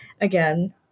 again